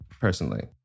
personally